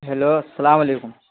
hello السلام علیکم